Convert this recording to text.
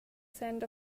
scent